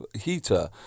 heater